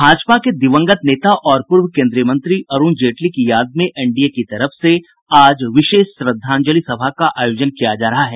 भाजपा के दिवंगत नेता और पूर्व केंद्रीय मंत्री अरूण जेटली की याद में एनडीए की तरफ से आज विशेष श्रद्धांजलि सभा का आयोजन किया जा रहा है